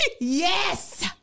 Yes